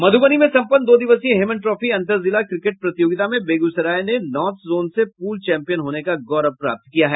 मध्रबनी में सम्पन्न दो दिवसीय हेमन ट्राफी अंतर जिला क्रिकेट प्रतियोगिता में बेगूसराय ने नार्थ जोन से पूल चैम्पियन होने का गौरव प्राप्त किया है